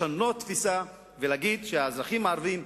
לשנות תפיסה ולהגיד שהאזרחים הערבים,